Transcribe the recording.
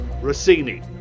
Rossini